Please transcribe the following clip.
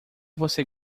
você